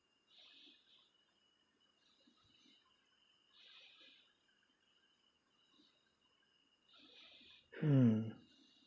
hmm